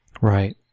Right